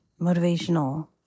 motivational